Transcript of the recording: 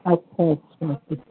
اچھا اچھا اچھا